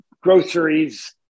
groceries